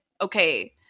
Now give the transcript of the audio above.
okay